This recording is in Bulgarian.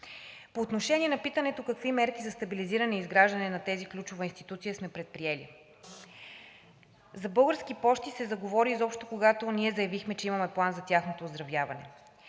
По отношение на питането какви мерки за стабилизиране и изграждане на тази ключова институция сме предприели. За „Български пощи“ ЕАД се заговори изобщо, когато ние заявихме, че имаме план за тяхното оздравяване.